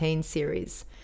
Series